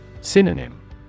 Synonym